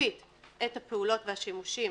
סופית את הפעולות והשימושים